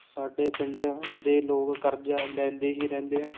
ਸਾਡੇ ਪਿੰਡਾਂ ਦੇ ਲੋਕ ਕਰਜ਼ਾ ਲੈਂਦੇ ਹੀ ਰਹਿੰਦੇ ਹਨ